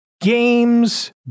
games